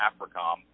AFRICOM